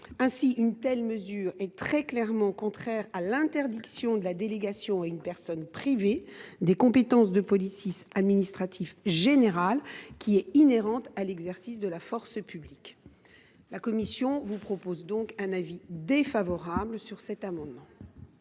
Ainsi, une telle mesure est très clairement contraire à l’interdiction de la délégation à une personne privée des compétences de police administrative générale inhérentes à l’exercice de la force publique. La commission a donc émis un avis défavorable sur cet amendement.